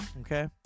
okay